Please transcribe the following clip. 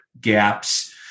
gaps